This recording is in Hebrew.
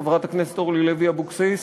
חברת הכנסת אורלי לוי אבקסיס,